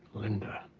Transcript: linda.